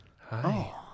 Hi